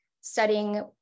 studying